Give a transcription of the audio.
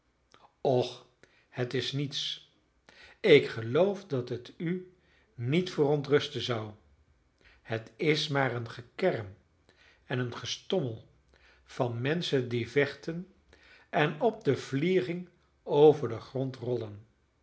och het is niets ik geloof dat het u niet verontrusten zou het is maar een gekerm en een gestommel van menschen die vechten en op den vliering over den grond rollen